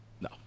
No